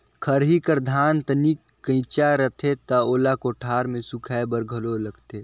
खरही कर धान तनिक कइंचा रथे त ओला कोठार मे सुखाए बर घलो लगथे